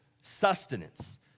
sustenance